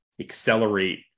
accelerate